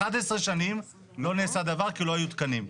11 שנים לא נעשה דבר כי לא היו תקנים.